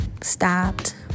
stopped